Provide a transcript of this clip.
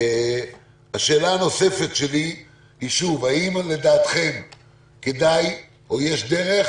שאלה נוספת, האם לדעתכם כדאי או יש דרך